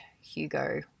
Hugo